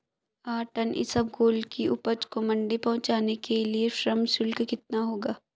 आठ टन इसबगोल की उपज को मंडी पहुंचाने के लिए श्रम शुल्क कितना होगा?